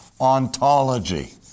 ontology